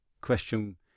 question